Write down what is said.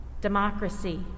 democracy